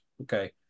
okay